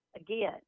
again